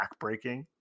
backbreaking